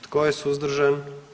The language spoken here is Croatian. Tko je suzdržan?